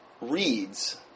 reads